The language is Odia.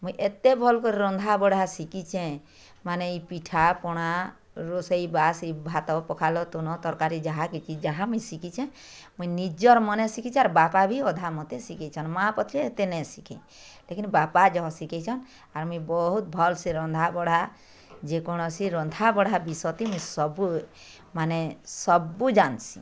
ମୁଇଁ ଏତେ ଭଲ୍କରି ରନ୍ଧାବଢ଼ା ଶିଖିଚେଁ ମାନେ ଏଇ ପିଠା ପଣା ରୋଷଇ ବାସ୍ ଏଇ ଭାତ ପଖାଲ୍ ତୁନ ତରକାରୀ ଯାହା କିଛି ଯାହା ମୁଇଁ ଶିିଖିଚେ ମୁଇଁ ନିଜର୍ ମନେ ଶିଖିଚେ ଆର୍ ବାପା ବି ଅଧା ମତେ ଶିଖେଇଚନ୍ ମା ପଛେ ଏତେ ନାଇ ଶିଖେଇ ଲେକିନ୍ ବାପା ଯହ ଶିଖେଇଚନ୍ ଆର୍ ମୁଇଁ ବହୁତ୍ ଭଲସେ ରନ୍ଧାବଢ଼ା ଯେକୌଣସି ରନ୍ଧାବଢ଼ା ବିଷତି ମୁଇଁ ସବୁ ମାନେ ସବୁ ଜାନ୍ସି